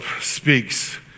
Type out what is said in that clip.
speaks